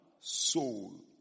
soul